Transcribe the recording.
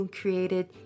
created